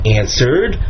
answered